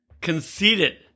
conceited